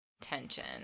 tension